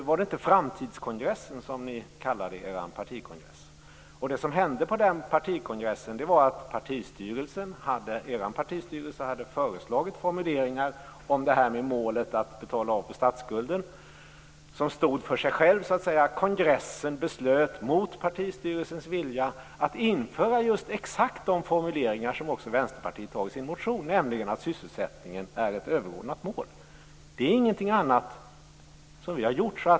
Var det inte så ni kallade er partikongress? Det som hände på den partikongressen var att er partistyrelse hade föreslagit formuleringar om målet att betala av på statsskulden som stod för sig själv. Kongressen beslöt mot partistyrelsens vilja att införa just exakt de formuleringar som också Vänsterpartiet har i sin motion, nämligen att sysselsättningen är ett överordnat mål. Det är ingenting annat som vi har gjort.